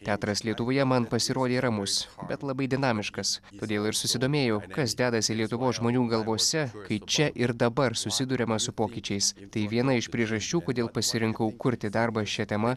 teatras lietuvoje man pasirodė ramus bet labai dinamiškas todėl ir susidomėjau kas dedasi lietuvos žmonių galvose kai čia ir dabar susiduriama su pokyčiais tai viena iš priežasčių kodėl pasirinkau kurti darbą šia tema